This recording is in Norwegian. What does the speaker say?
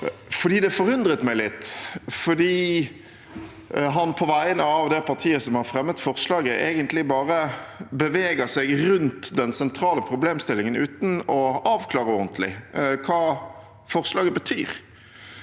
for det forundret meg litt. Ulstein, på vegne av det partiet som har fremmet forslaget, beveger seg egentlig bare rundt den sentrale problemstillingen, uten å avklare ordentlig hva forslaget betyr.